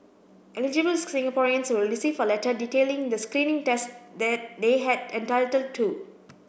Eligible Singaporeans will receive a letter detailing the screening tests that they had entitled to